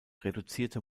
reduzierte